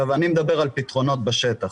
אני מדבר על פתרונות בשטח,